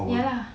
ya lah